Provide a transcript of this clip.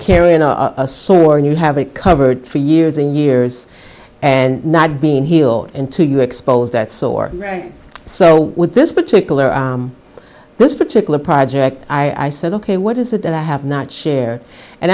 carrying a sword and you have it covered for years and years and not being healed into you expose that sore so with this particular this particular project i said ok what is it that i have not share and